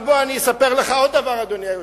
אבל בוא אני אספר לך עוד דבר, אדוני היושב-ראש.